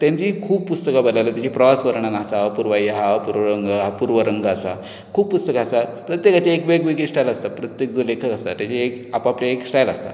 कित्याक तांचींय खूब पुस्तकां बरी लागल्यात तांची प्रवास वर्णनां आसात अपुर्वायी आसा पूर्वरंग आसा खूब पुस्तकां आसात प्रत्येकाची एक वेगळी स्टायल आसता प्रत्येक जो लेखक आसता ताची आप आपली एक स्टायल आसता